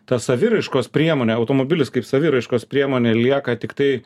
ta saviraiškos priemonė automobilis kaip saviraiškos priemonė lieka tiktai